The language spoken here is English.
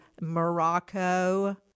Morocco